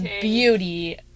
beauty